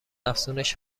افزونش